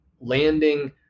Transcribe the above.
landing